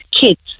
kids